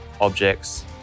objects